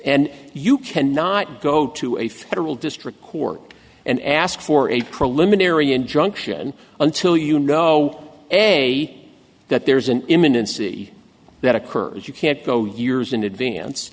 and you can not go to a federal district court and ask for a preliminary injunction until you know a that there's an imminent see that occurs you can't go years in advance